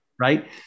Right